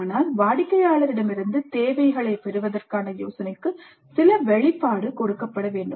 ஆனால் வாடிக்கையாளரிடமிருந்து தேவைகளைப் பெறுவதற்கான யோசனைக்கு சில வெளிப்பாடு கொடுக்கப்பட வேண்டும்